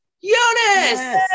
Eunice